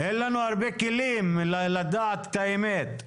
אין לנו הרבה כלים לדעת את האמת.